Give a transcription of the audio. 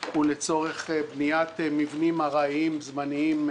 הוא לצורך בניית מבנים ארעיים, זמניים,